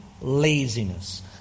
laziness